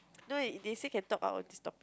no they say can talk our just topic